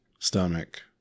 Stomach